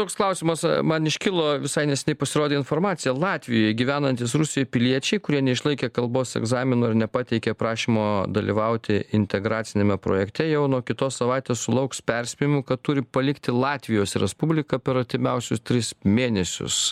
toks klausimas man iškilo visai neseniai pasirodė informacija latvijoj gyvenantys rusij piliečiai kurie neišlaikė kalbos egzamino ir nepateikė prašymo dalyvauti integraciniame projekte jau nuo kitos savaitės sulauks perspėjimų kad turi palikti latvijos respubliką per artimiausius tris mėnesius